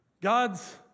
God's